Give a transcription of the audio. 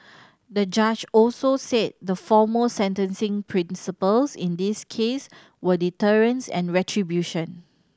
the judge also said the foremost sentencing principles in this case were deterrence and retribution